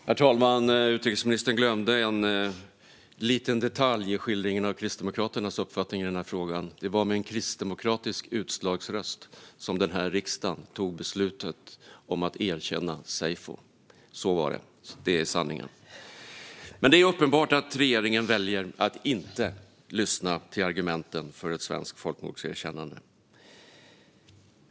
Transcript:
Herr talman! Utrikesministern glömde en liten detalj i skildringen av Kristdemokraternas uppfattning i denna fråga. Det var med en kristdemokratisk utslagsröst som riksdagen fattade beslutet om att erkänna seyfo. Så var det. Det är sanningen. Det är uppenbart att regeringen väljer att inte lyssna till argumenten för ett svenskt folkmordserkännande.